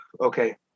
Okay